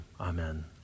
Amen